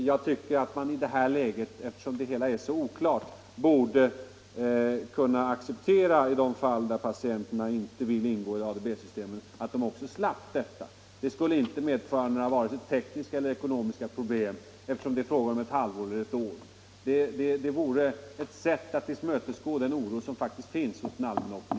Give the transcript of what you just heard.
Jag tycker att man i det här läget — eftersom det hela ännu är så oklart — borde kunna acceptera att patienterna i de fall då de inte vill låta sina uppgifter ingå i ADB-systemet också skulle slippa detta. Det skulle inte medföra vare sig tekniska eller ekonomiska problem, eftersom det bara skulle gälla i ett halvår eller ett år, men det vore ett sätt att tillmötesgå den oro som faktiskt finns hos den allmänna opinionen.